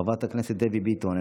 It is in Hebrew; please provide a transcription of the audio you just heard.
חברת הכנסת דבי ביטון,